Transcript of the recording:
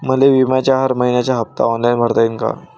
मले बिम्याचा हर मइन्याचा हप्ता ऑनलाईन भरता यीन का?